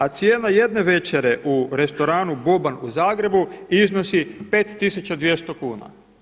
A cijena jedne večere u restoranu Boban u Zagrebu iznosi 5.200 kuna.